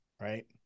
right